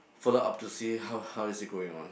follow up to see how how is it going on